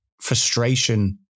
frustration